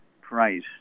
price